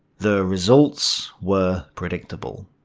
the results were predictable.